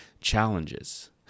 challenges